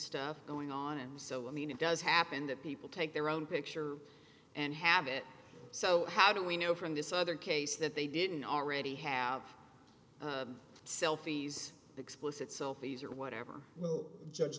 stuff going on and so i mean it does happen that people take their own picture and have it so how do we know from this other case that they didn't already have selfies explicit selfies or whatever will judge